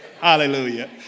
Hallelujah